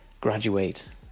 graduate